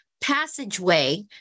passageway